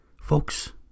Folks